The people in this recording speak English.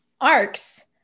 arcs